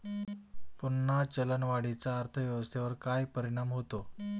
पुन्हा चलनवाढीचा अर्थव्यवस्थेवर काय परिणाम होतो